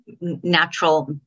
natural